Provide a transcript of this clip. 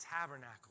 tabernacle